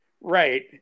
Right